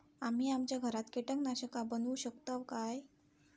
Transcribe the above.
आम्ही आमच्या घरात कीटकनाशका बनवू शकताव काय?